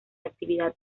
actividad